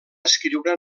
escriure